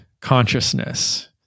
consciousness